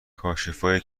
کاشفایی